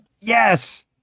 yes